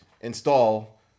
install